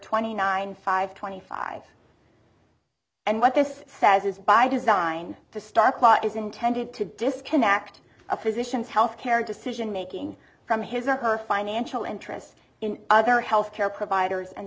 twenty nine five twenty five and what this says is by design the stark law is intended to disconnect a physicians health care decision making from his or her financial interest in other health care providers and